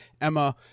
emma